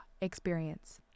experience